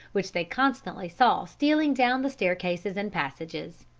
which they constantly saw stealing down the staircases and passages.